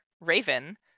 raven